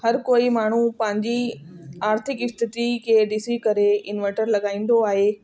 हर कोई माण्हू पंहिंजी आर्थिक स्थिति खे ॾिसी करे इन्वटर लॻाईंदो आहे